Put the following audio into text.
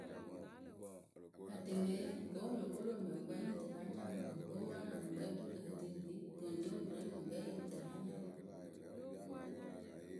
Ademɛyǝ wǝǝ wǝ́ wɨ lo ko ro wɨnyɔŋkpǝ yɨ ŋ tǝ la nya ŋwɨ mɨŋ gbomaarǝ ŋwɨ ŋkpɛ oturu lǝǝ tɨ ŋ kpii koŋtoŋpere ŋwɨ ŋkpɛ yɨŋ tɨ la nya ŋwɨ.